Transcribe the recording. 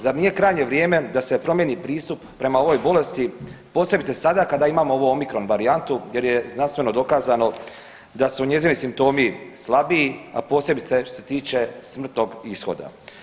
Zar nije krajnje vrijeme da se promijeni pristup prema ovoj bolesti posebice sada kada imamo ovu omikron varijantu jer je znanstveno dokazano da su njezini simptomi slabiji, a posebice što se tiče smrtnog ishoda.